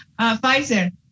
Pfizer